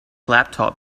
laptop